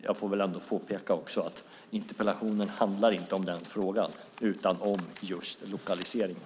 Jag får väl ändå påpeka att interpellationen inte handlar om den frågan utan om just lokaliseringen.